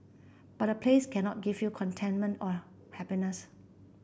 but a place cannot give you contentment or happiness